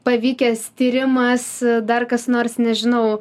pavykęs tyrimas dar kas nors nežinau